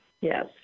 yes